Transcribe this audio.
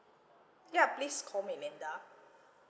ya please call me linda